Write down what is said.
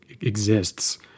exists